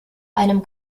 einem